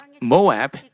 Moab